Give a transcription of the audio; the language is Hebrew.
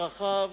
צרכיו,